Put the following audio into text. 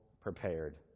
prepared